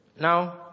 Now